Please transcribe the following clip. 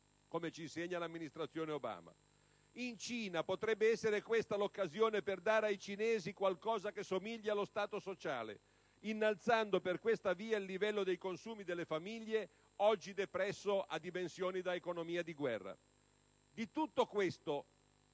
come ci insegna l'amministrazione Obama.